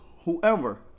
Whoever